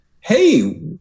hey